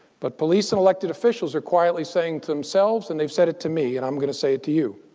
but police and elected officials are quietly saying to themselves, and they've said it to me. and i'm going to say it to you.